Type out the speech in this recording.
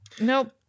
Nope